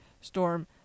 storm